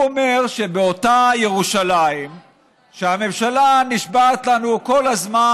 הוא אומר שבאותה ירושלים שהממשלה נשבעת לנו כל הזמן